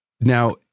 now